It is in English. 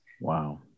Wow